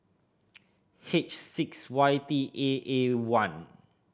H six Y T A A one